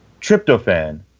tryptophan